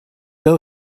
know